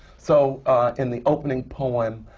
so in the opening poem,